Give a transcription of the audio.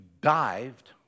dived